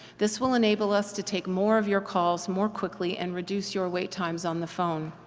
this will enable us to take more of your calls more quickly and reduce your wait times on the phone.